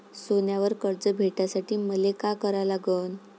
सोन्यावर कर्ज भेटासाठी मले का करा लागन?